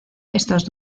estos